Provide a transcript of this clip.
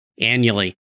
annually